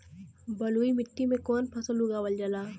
बलुई मिट्टी में कवन फसल उगावल जाला?